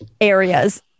areas